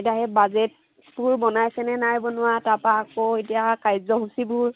এতিয়া সেই বাজেটবোৰ বনাইছেনে নাই বনোৱা তাৰপৰা আকৌ এতিয়া কাৰ্যসূচীবোৰ